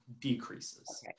decreases